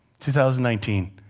2019